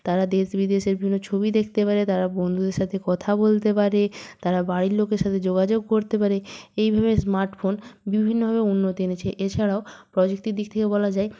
তারা দেশ বিদেশের বিভিন্ন ছবি দেখতে পারে তারা বন্ধুদের সাথে কথা বলতে পারে তারা বাড়ির লোকের সাথে যোগাযোগ করতে পারে এইভাবে স্মার্টফোন বিভিন্নভাবে উন্নতি এনেছে এছাড়াও প্রযুক্তির দিক থেকে বলা যায়